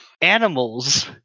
animals